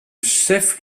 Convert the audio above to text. chef